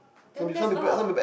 then that's all